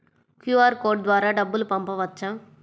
QR code ద్వారా డబ్బులు పంపవచ్చా?